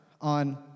on